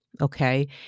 Okay